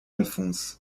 alphonse